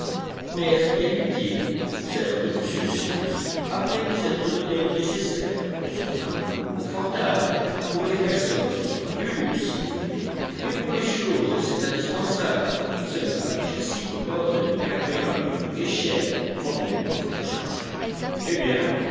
mais est-ce bien utile certes monsieur cyrus après nous être donné le nécessaire pensons un peu au confortable pour les personnes ce sera du luxe si vous voulez mais pour les choses c'est indispensable ce n'est pas déjà si commode de grimper à une longue échelle quand on est lourdement chargé eh bien